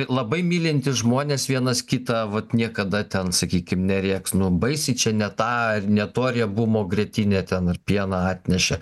labai mylintys žmonės vienas kitą vat niekada ten sakykim nerėks nu baisiai čia ne tą ir ne to riebumo grietinę ten ar pieną atnešė